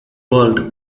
world